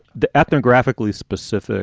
the actor graphically specific